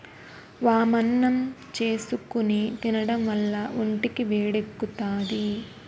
వామన్నం చేసుకుని తినడం వల్ల ఒంటికి వేడెక్కుతాది